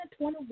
2021